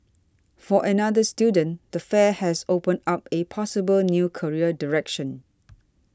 for another student the fair has opened up a possible new career direction